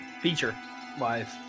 feature-wise